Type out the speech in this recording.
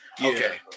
Okay